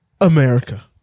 America